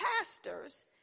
pastors